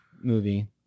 movie